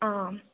आ